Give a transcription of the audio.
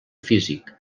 físic